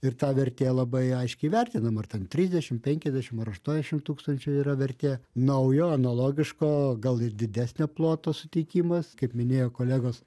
ir ta vertė labai aiškiai įvertinama ar ten trisdešim penkiasdešim ar aštuoniašim tūkstančių yra vertė naujo analogiško gal ir didesnio ploto suteikimas kaip minėjo kolegos